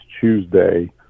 Tuesday